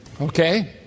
Okay